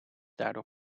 daardoor